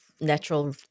natural